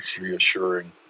reassuring